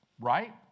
right